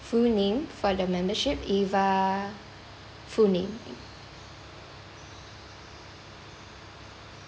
full name for the membership ava full name